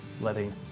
letting